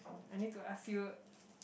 I need to ask you